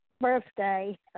birthday